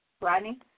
Rodney